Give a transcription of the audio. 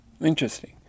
Interesting